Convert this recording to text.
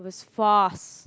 fast